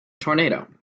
tornado